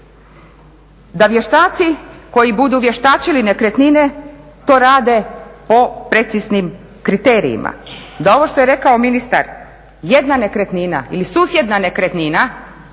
Da vještaci koji budu vještačili nekretnine to rade po preciznim kriterijima, da ovo što je rekao ministar, jedna nekretnina ili susjedna nekretnina